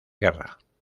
guerra